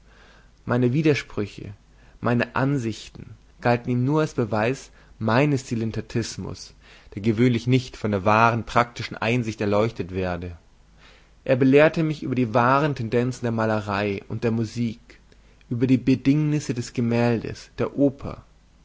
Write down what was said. meine widersprüche meine ansichten galten ihm nur als beweis meines dilettantismus der gewöhnlich nicht von der wahren praktischen einsicht erleuchtet werde er belehrte mich über die wahren tendenzen der malerei und der musik über die bedingnisse des gemäldes der oper